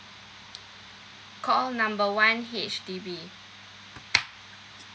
call number one H_D_B